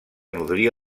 nodrir